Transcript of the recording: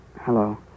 Hello